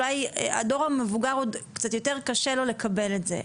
שאולי הדור המבוגר עוד קצת יותר קשה לו לקבל את זה.